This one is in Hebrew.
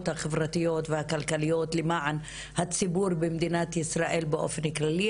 החברתיות והכלכליות למען הציבור במדינת ישראל באופן כללי,